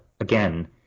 again